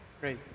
Great